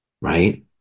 right